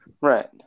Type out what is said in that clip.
Right